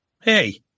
hey